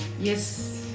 Yes